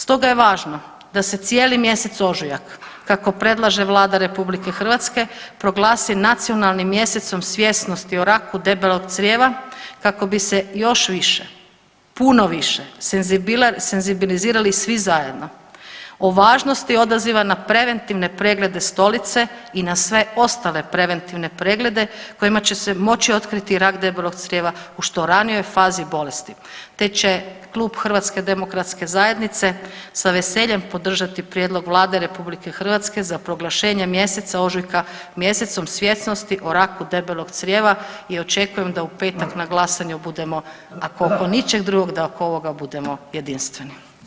Stoga je važno da se cijeli mjesec ožujak kako predlaže Vlada Republike Hrvatske proglasi nacionalnim mjesecom svjesnosti o raku debelog crijeva kako bi se još više, puno više senzibilizirali svi zajedno o važnosti odaziva na preventivne preglede stolice i na sve ostale preventivne preglede kojima će se moći otkriti rak debelog crijeva u što ranijoj fazi bolesti, te će klub Hrvatske demokratske zajednice sa veseljem podržati prijedlog Vlade Republike Hrvatske za proglašenje mjeseca ožujka mjesecom svjesnosti o raku debelog crijeva i očekujem da u petak na glasanju budemo ako oko ničeg drugoga da oko ovoga budemo jedinstveni.